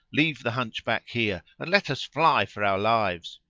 leave the hunchback here and let us fly for our lives.